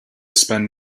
spend